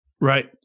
Right